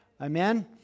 Amen